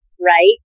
right